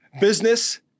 Business